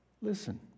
Listen